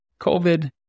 COVID